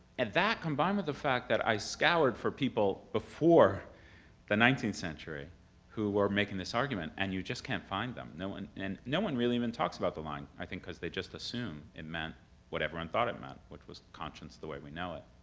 and that combined with the fact that i scoured for people before the nineteenth century who were making this argument, and you just can't find them. no one and no one even talks about the line, i think because they just assume it meant what everyone thought it meant, which was conscience the way we know it.